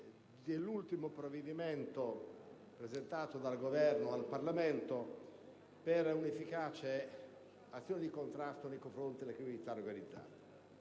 dell'ultimo provvedimento presentato dal Governo al Parlamento per un'efficace azione di contrasto nei confronti della criminalità organizzata.